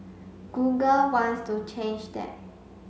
Google wants to change that